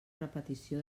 repetició